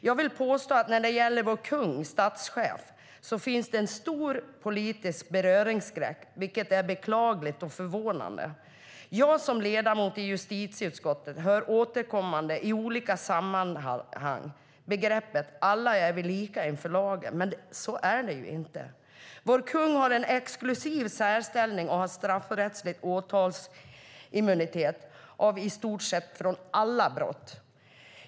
Jag vill påstå att när det gäller vår kung, vår statschef, finns det en stor politisk beröringsskräck, vilket är beklagligt och förvånande. Jag som ledamot i justitieutskottet hör återkommande i olika sammanhang begreppet "alla är vi lika inför lagen". Men så är det inte. Vår kung har en exklusiv särställning, och han har straffrättslig åtalsimmunitet som gäller i stort sett alla brott.